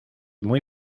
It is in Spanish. muy